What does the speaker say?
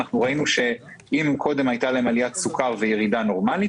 ראינו שאם קודם הייתה להם עליית סוכר וירידת סוכר נורמלית,